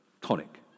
tonic